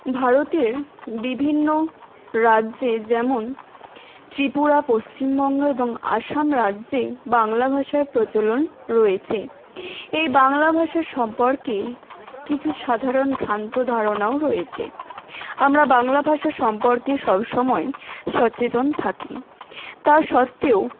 ভারতের বিভিন্ন রাজ্যে যেমন ত্রিপুরা পশ্চিমবঙ্গ এবং আসাম রাজ্যে বাংলা ভাষার প্রচলন রয়েছে এই বাংলা ভাষা সম্পর্কে কিছু সাধারণ ভ্রান্ত ধারণাও রয়েছে আমরা বাংলা ভাষা সম্পর্কে সব সময় সচেতন থাকি তা সত্ত্বেও